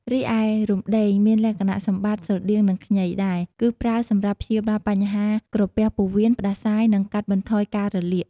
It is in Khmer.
រីឯរំដេង មានលក្ខណៈសម្បត្តិស្រដៀងនឹងខ្ញីដែរ គឺប្រើសម្រាប់ព្យាបាលបញ្ហាក្រពះពោះវៀន ផ្តាសាយ និងកាត់បន្ថយការរលាក។